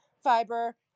fiber